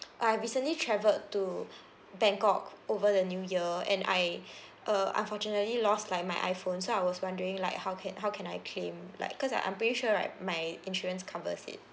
I recently travelled to bangkok over the new year and I uh unfortunately lost like my iphone so I was wondering like how can how can I claim like because I I'm pretty sure like my insurance covers it